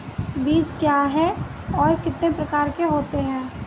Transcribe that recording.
बीज क्या है और कितने प्रकार के होते हैं?